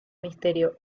misterio